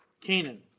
Canaan